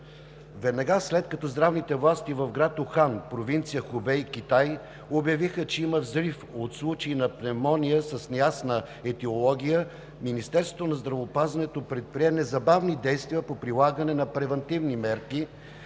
Веднага след като здравните власти в град Ухан, провинция Хубей, Китай, обявиха, че има взрив от случаи на пневмония с неясна етиология, Министерството на здравеопазването предприе незабавни действия по прилагането на превантивни мерки,